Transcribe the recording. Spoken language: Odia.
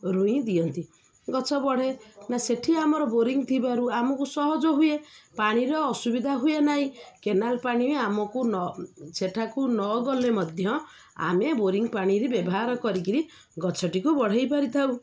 ରୁଇ ଦିଅନ୍ତି ଗଛ ବଢ଼େ ନା ସେଠି ଆମର ବୋରିଙ୍ଗ ଥିବାରୁ ଆମକୁ ସହଜ ହୁଏ ପାଣିର ଅସୁବିଧା ହୁଏ ନାହିଁ କେନାଲ ପାଣି ଆମକୁ ନ ସେଠାକୁ ନଗଲେ ମଧ୍ୟ ଆମେ ବୋରିଙ୍ଗ ପାଣିରେ ବ୍ୟବହାର କରିକି ଗଛଟିକୁ ବଢ଼ାଇ ପାରିଥାଉ